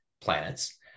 Planets